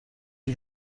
she